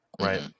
right